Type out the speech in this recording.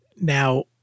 Now